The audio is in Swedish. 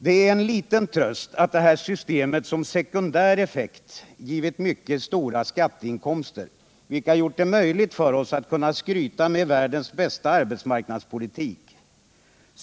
Det är en liten tröst att det här systemet som sekundär effekt givit mycket stora skatteinkomster, vilka gjort det möjligt för oss att kunna skryta med världens bästa arbetsmarknadspolitik.